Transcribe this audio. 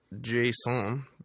Jason